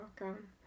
welcome